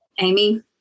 Amy